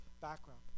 background